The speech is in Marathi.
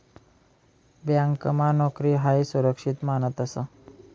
ब्यांकमा नोकरी हायी सुरक्षित मानतंस